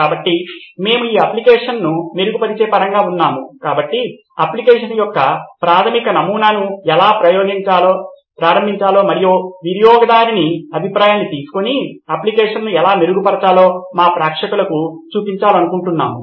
కాబట్టి మేము ఈ అప్లికషన్ ను మెరుగుపరిచే పరంగా ఉన్నాము కాబట్టి అప్లికషన్ యొక్క ప్రాథమిక నమూనాను ఎలా ప్రారంభించాలో మరియు వినియొగదారుని అభిప్రాయాన్ని తీసుకొని అప్లికషన్ ను ఎలా మెరుగుపరచాలో మా ప్రేక్షకులకు చూపించాలనుకుంటున్నాము